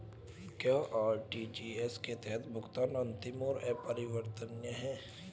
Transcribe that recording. क्या आर.टी.जी.एस के तहत भुगतान अंतिम और अपरिवर्तनीय है?